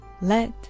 Let